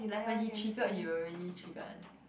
when he triggered he will really triggered